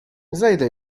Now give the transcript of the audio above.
zejdę